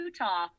Utah